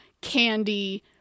Candy